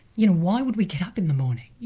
you know why would we get up in the morning?